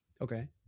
Okay